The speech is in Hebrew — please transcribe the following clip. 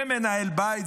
זה מנהל בית,